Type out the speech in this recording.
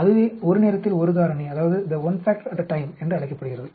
அதுவே ஒரு நேரத்தில் ஒரு காரணி என்று அழைக்கப்படுகிறது